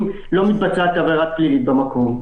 אם לא מתבצעת עבירה פלילית במקום,